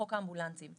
חוק האמבולנסים.